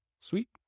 Sweet